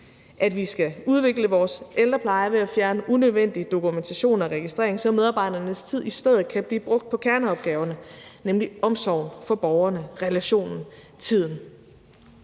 at vi skal udvikle vores ældrepleje ved at fjerne unødvendig dokumentation og registrering, så medarbejdernes tid i stedet kan blive brugt på kerneopgaverne, nemlig omsorgen for borgerne, relationen, tiden.